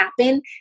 happen